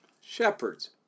shepherds